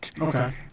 Okay